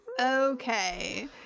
Okay